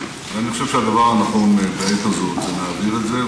ואני חושב שהדבר הנכון בעת הזאת זה להעביר את זה,